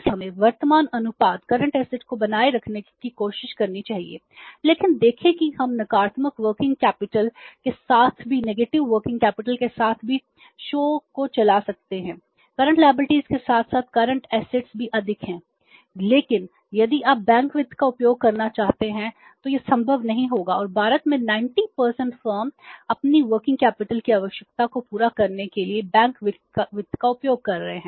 इसलिए हमें वर्तमान अनुपात को बनाए रखने की कोशिश करनी चाहिए लेकिन देखें कि हम नकारात्मक वर्किंग कैपिटल की आवश्यकता को पूरा करने के लिए बैंक वित्त का उपयोग कर रहे हैं